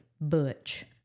butch